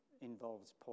involves